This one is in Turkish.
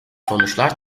sonuçlar